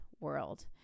world